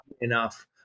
enough